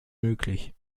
möglich